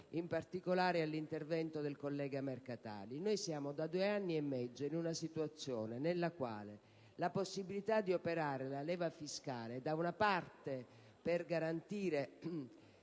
in particolare all'intervento del collega Mercatali). Ci troviamo da due anni e mezzo in una situazione nella quale la possibilità di operare sulla leva fiscale per garantire